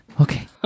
Okay